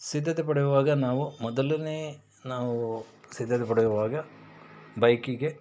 ಸಿದ್ಧತೆ ಪಡೆಯುವಾಗ ನಾವು ಮೊದಲನೇ ನಾವು ಸಿದ್ಧತೆ ಪಡೆಯುವಾಗ ಬೈಕಿಗೆ